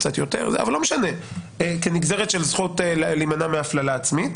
קצת יותר אבל לא משנה - של זכות להימנע מהפללה עצמית.